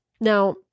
Now